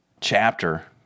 chapter